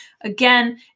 again